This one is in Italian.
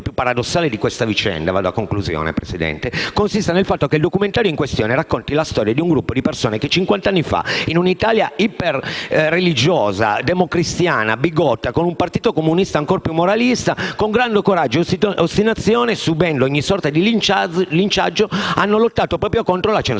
il documentario in questione racconti la storia di un gruppo di persone che cinquant'anni fa, in un'Italia iper-religiosa, democristiana e bigotta e con un Partito Comunista ancora più moralista, con grande coraggio e ostinazione, subendo ogni sorta di linciaggio, hanno lottato proprio contro la censura,